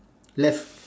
left